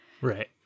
Right